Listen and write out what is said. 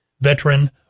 veteran